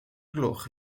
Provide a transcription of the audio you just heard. gloch